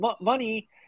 money